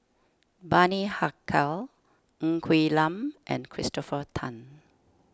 Bani Haykal Ng Quee Lam and Christopher Tan